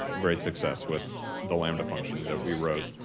great success with the lambda functions that we wrote,